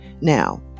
Now